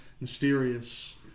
mysterious